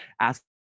ask